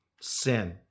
sin